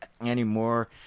anymore